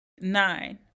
Nine